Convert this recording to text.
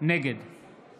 נגד